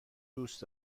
دوست